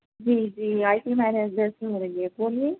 جی جی I T management سے ہو رہی ہے بولئے